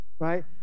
right